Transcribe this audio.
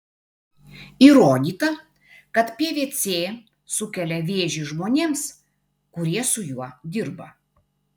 įrodyta kad pvc sukelia vėžį žmonėms kurie su juo dirba